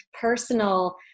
personal